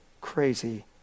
crazy